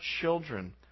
children